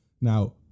Now